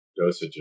dosages